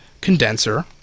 condenser